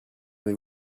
avez